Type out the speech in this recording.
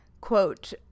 Quote